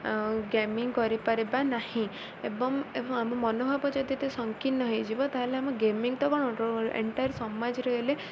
ଆଉ ଗେମିଙ୍ଗ କରିପାରିବା ନାହିଁ ଏବଂ ଆମ ମନୋଭାବ ଯଦି ଏତେ ସକୀର୍ଣ୍ଣ ହେଇଯିବ ତା'ହେଲେ ଆମ ଗେମିଙ୍ଗ ତ କ'ଣ ଏଣ୍ଟାୟାର୍ ସମାଜରେ ହେଲେ